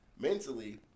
Mentally